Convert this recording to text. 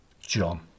John